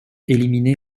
éliminée